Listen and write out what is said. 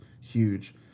huge